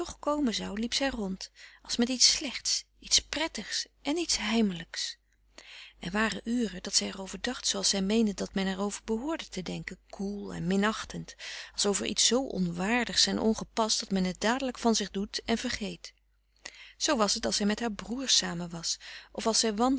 komen zou liep zij rond als met iets slechts iets prettigs en iets heimelijks er waren uren dat zij er over dacht zooals zij meende dat men er over behoorde te denken koel en minachtend als over iets zoo onwaardigs en ongepast dat men het dadelijk van zich doet en vergeet zoo was het als zij met haar broers samen was of als zij